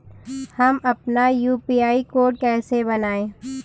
हम अपना UPI code कैसे बनाएँ?